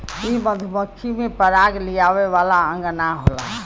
इ मधुमक्खी में पराग लियावे वाला अंग ना होला